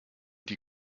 die